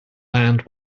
land